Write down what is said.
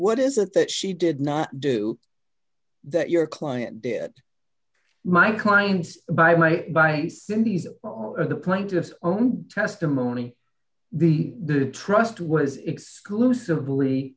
what is it that she did not do that your client did at my clients by my by cindy's or the plaintiff's own testimony the trust was exclusively